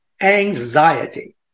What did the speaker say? anxiety